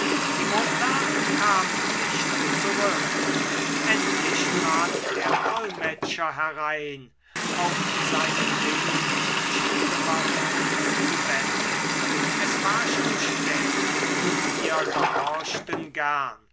die mutter kam nicht zurück endlich trat der dolmetscher herein auf seinen wink schickte man uns zu bette es war schon spät und wir gehorchten gern